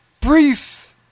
brief